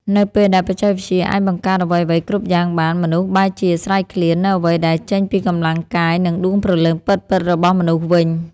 នៅពេលដែលបច្ចេកវិទ្យាអាចបង្កើតអ្វីៗគ្រប់យ៉ាងបាន មនុស្សបែរជាស្រេកឃ្លាននូវអ្វីដែលចេញពីកម្លាំងកាយ និងដួងព្រលឹងពិតៗរបស់មនុស្សវិញ។